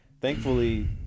thankfully